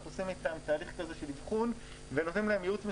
אנחנו עושים איתם תהליך של אבחון ונותנים להם ייעוץ מסובסד.